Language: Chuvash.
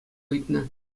ыйтнӑ